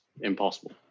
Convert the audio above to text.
impossible